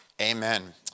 Amen